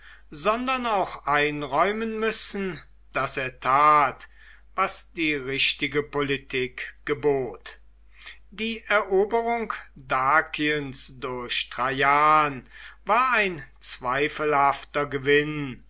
sondern auch einräumen müssen daß er tat was die richtige politik gebot die eroberung dakiens durch traian war ein zweifelhafter gewinn